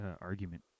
argument